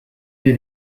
wir